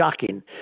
shocking